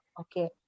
Okay